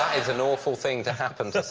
is an awful thing to happen to